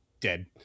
dead